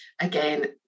again